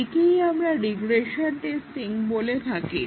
একেই আমরা regression testing বলে থাকি